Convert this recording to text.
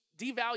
devalue